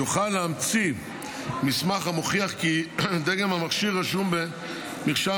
-- יוכל להמציא מסמך המוכיח כי דגם המכשיר רשום במרשם